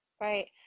Right